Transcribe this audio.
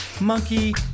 Monkey